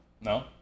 No